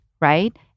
right